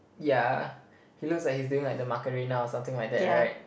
yeah he looks like he's doing like the Macarena or something like that right